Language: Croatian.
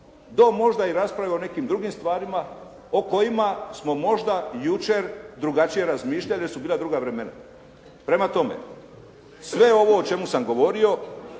do možda i rasprave o nekim drugim stvarima o kojima smo možda jučer drugačije razmišljali jer su bila druga vremena. Prema tome, sve ovo o čemu sam govorio